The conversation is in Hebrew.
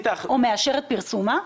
או מאשר את פרסומה?